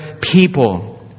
people